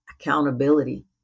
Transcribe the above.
accountability